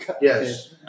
Yes